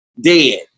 Dead